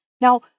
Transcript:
Now